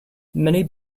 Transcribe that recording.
many